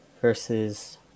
versus